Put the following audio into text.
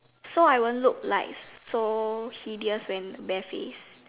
so I won't look like so hideous when bare faced